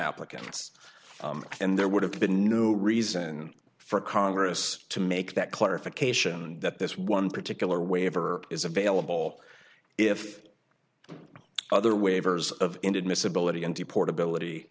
applicants and there would have been no reason for congress to make that clarification that this one particular waiver is available if other waivers of inadmissibility and the portability